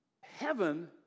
heaven